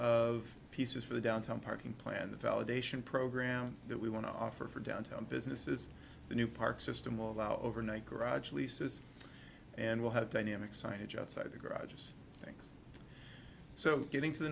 of pieces for the downtown parking plan the validation program that we want to offer for downtown businesses the new park system allow overnight garage leases and we'll have dynamic signage outside the garages things so getting to the